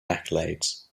accolades